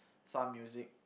some music